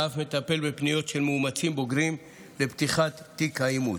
ואף מטפל בפניות של מאומצים בוגרים לפתיחת תיק האימוץ.